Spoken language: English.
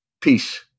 Peace